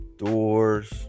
Doors